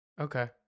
Okay